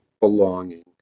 belonging